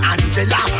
Angela